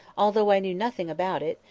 although i knew nothing about it,